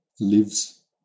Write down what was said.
lives